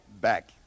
back